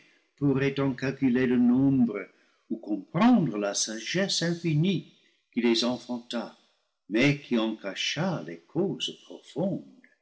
en calculer le nombre ou comprendre la sagesse infinie qui les enfanta mais qui en cacha les causes profondes